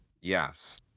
Yes